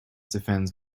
defends